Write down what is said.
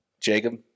Jacob